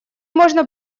можно